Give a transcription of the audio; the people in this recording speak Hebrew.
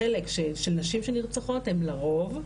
החלק של נשים שנרצחות הן לרוב,